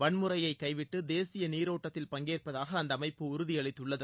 வன்முறையை கைவிட்டு தேசிய நீரோட்டத்தில் பங்கேற்பதாக அந்த அமைப்பு உறுதியளித்துள்ளது